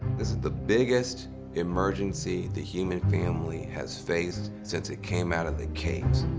this is the biggest emergency the human family has faced since it came out of the caves.